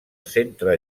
centre